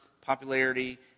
popularity